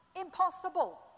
Impossible